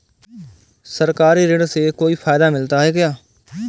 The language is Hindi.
सरकारी ऋण से कोई फायदा मिलता है क्या?